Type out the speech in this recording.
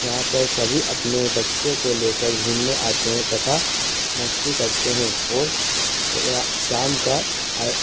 जहाँ पर सभी अपने बच्चों को लेकर घूमने आते हैं तथा मस्ती करते हैं और शाम का आय